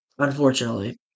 Unfortunately